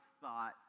thought